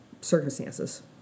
circumstances